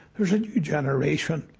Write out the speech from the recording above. there's a new generation.